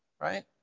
right